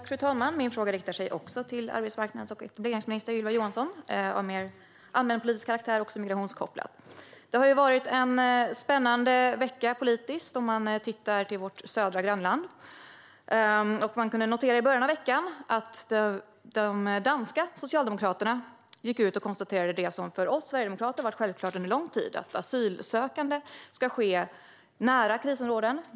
Fru talman! Min fråga riktar sig till arbetsmarknads och etableringsminister Ylva Johansson. Den är av allmänpolitisk karaktär och är migrationskopplad. Det har varit en spännande vecka politiskt i vårt södra grannland. Vi kunde i början av veckan notera att danska Socialdemokratiet gick ut och konstaterade det som för oss sverigedemokrater har varit självklart under lång tid: att asyl ska sökas nära krisområden.